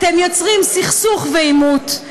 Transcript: אתם יוצרים סכסוך ועימות,